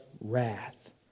wrath